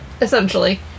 Essentially